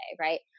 right